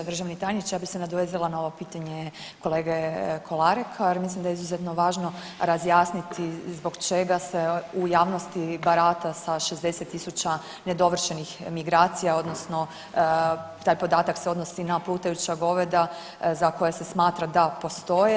Državni tajniče, ja bih se nadovezala na ovo pitanje kolege Kolareka jer mislim da je izuzetno važno razjasniti zbog čega se u javnosti barata sa 60 tisuća nedovršenih migracija odnosno taj podatak se odnosi na plutajuća goveda za koja se smatra da postoje.